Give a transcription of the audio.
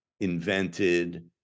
invented